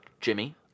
Jimmy